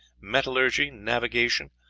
metallurgy, navigation,